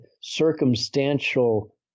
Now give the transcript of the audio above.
circumstantial